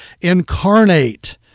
incarnate